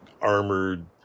armored